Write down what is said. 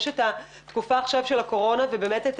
יש את התקופה עכשיו של הקורונה ובאמת את